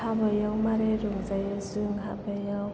हाबायाव माबोरै रंजायो जों हाबायाव